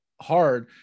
hard